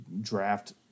draft